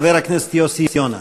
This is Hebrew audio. חבר הכנסת יוסי יונה.